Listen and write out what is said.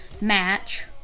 match